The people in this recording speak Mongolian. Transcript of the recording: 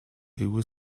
эвгүй